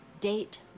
Date